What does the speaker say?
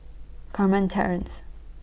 Carmen Terrace